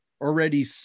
already